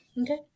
Okay